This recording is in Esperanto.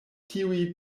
tiuj